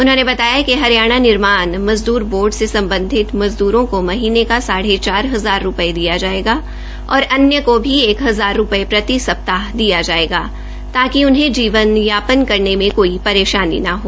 उन्होंने बताया कि हरियाणा निर्माण मजदूर बोर्ड से सम्बधित मज़द्रों को महीने का साढ़े चार हजार रूपये दिया जायेगा और अन्य को भी एक हजार रूपये प्रति सप्ताह दिया जायेगा ताकि उन्हें जीवन ग्जर बसर करने मे कोई परेशानी न हो